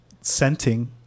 scenting